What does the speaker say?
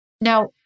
Now